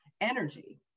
energy